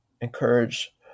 encourage